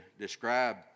describe